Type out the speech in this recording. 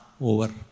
over